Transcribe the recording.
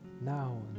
now